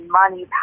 money